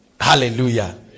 Hallelujah